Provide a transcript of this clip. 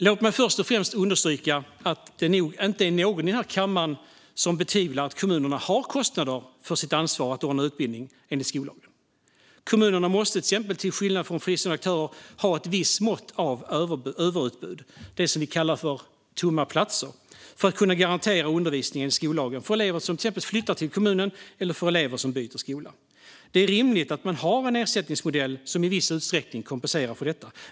Låt mig först och främst understryka att det nog inte är någon i denna kammare som betvivlar att kommunerna har kostnader för sitt ansvar att anordna utbildning enligt skollagen. Kommunerna måste till skillnad från fristående aktörer ha ett visst mått av överutbud, det som vi kallar för tomma platser, för att kunna garantera undervisning enligt skollagen till exempel för elever som flyttar till kommunen eller för elever som byter skola. Det är rimligt att ha en ersättningsmodell som i viss utsträckning kompenserar för detta.